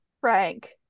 Frank